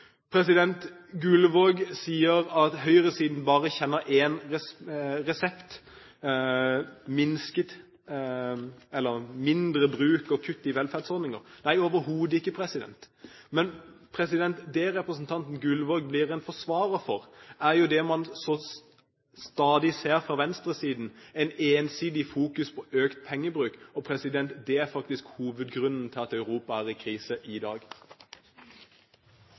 Gullvåg sier at høyresiden bare kjenner én resept – mindre forbruk og kutt i velferdsordninger. Nei, overhodet ikke. Det representanten Gullvåg blir en forsvarer for, er det man stadig ser fra venstresiden, et ensidig fokus på økt pengebruk. Og det er faktisk hovedgrunnen til at Europa er i krise i dag.